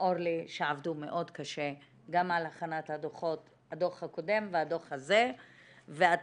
ולאורלי שעבדו מאוד קשה גם על הכנת הדוח הקודם והדוח הזה ואתן